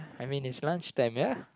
I mean it's lunch time ya